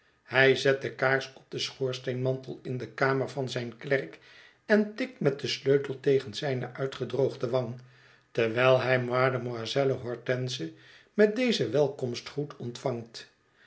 hij zet de kaars op den schoorsteenmantel in de kamer van zijn klerk en tikt met den sleutel tegen zijne uitgedroogde wang terwijl hij mademoiselle hortense met dezen welkomstgroet ontvangt